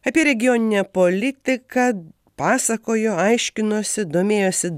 apie regioninę politiką pasakojo aiškinosi domėjosi